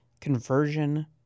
Conversion